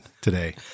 today